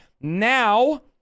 Now